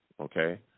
okay